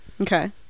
Okay